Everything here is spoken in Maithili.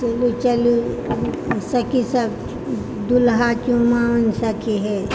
चलु चलु सखीसभ दुल्हा चुमाओन सखी हे